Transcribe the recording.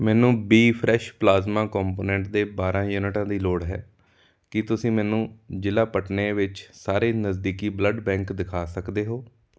ਮੈਨੂੰ B fresh plasma component ਦੇ ਬਾਰਾਂ ਯੂਨਿਟਾਂ ਦੀ ਲੋੜ ਹੈ ਕੀ ਤੁਸੀਂ ਮੈਨੂੰ ਜ਼ਿਲ੍ਹਾ ਪਟਨੇ ਵਿੱਚ ਸਾਰੇ ਨਜ਼ਦੀਕੀ ਬਲੱਡ ਬੈਂਕ ਦਿਖਾ ਸਕਦੇ ਹੋ